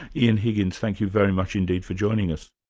ean higgins thank you very much indeed for joining us.